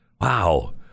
wow